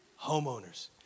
Homeowners